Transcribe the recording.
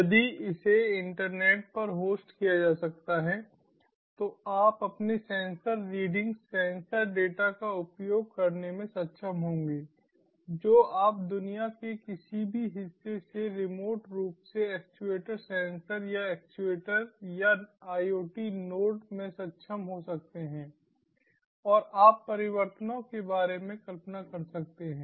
यदि इसे इंटरनेट पर होस्ट किया जा सकता है तो आप अपने सेंसर रीडिंग सेंसर डेटा का उपयोग करने में सक्षम होंगे जो आप दुनिया के किसी भी हिस्से से रिमोट रूप से एक्चुएटर सेंसर या एक्चुएटर या IoT नोड में सक्षम हो सकते हैं और आप परिवर्तनों के बारे में कल्पना कर सकते हैं